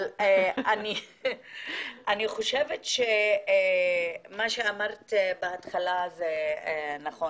אני חושבת שמה שאמרת בהתחלה זה נכון,